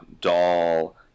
doll